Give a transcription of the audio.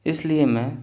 اس لیے میں